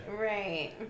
right